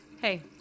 Hey